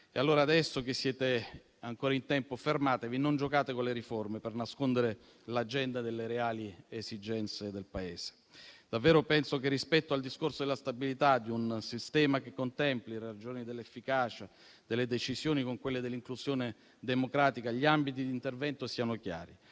proposta. Adesso che siete ancora in tempo fermatevi, non giocate con le riforme per nascondere l'agenda delle reali esigenze del Paese. Davvero penso che, rispetto al discorso della stabilità di un sistema che contempli le ragioni dell'efficacia delle decisioni con quelle dell'inclusione democratica, gli ambiti di intervento siano chiari